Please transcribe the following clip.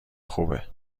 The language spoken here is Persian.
خوبه